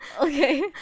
Okay